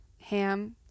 ham